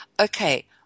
okay